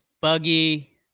Buggy